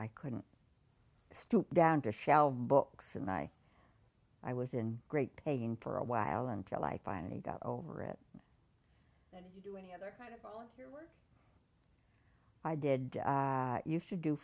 i couldn't stoop down to shelve books and i i was in great pain for a while until i finally got over it any other i did you should do